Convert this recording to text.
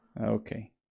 Okay